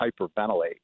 hyperventilate